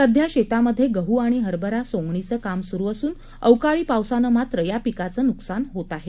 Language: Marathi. सध्या शेतामध्ये गहू आणि हरभरा सोंगणीचं काम सुरू असून अवकाळी पावसानं मात्र या पिकाचं नुकसान होत आहे